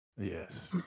Yes